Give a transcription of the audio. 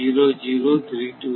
00326 hertz கிடைக்கும்